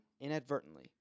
Inadvertently